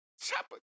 Chopper